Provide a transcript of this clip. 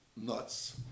nuts